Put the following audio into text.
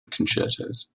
concertos